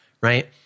right